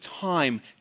time